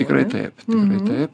tikrai taip tikrai taip